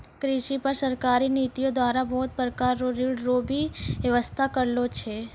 कृषि पर सरकारी नीतियो द्वारा बहुत प्रकार रो ऋण रो भी वेवस्था करलो छै